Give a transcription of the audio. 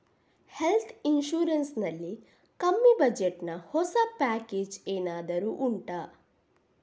health insurance ನಲ್ಲಿ ಕಮ್ಮಿ budget ನ ಹೊಸ ಪ್ಯಾಕೇಜ್ ಏನಾದರೂ ಉಂಟಾ